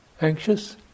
Anxious